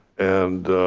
and